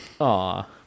Aw